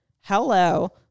hello